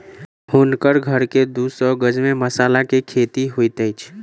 हुनकर घर के दू सौ गज में मसाला के खेती होइत अछि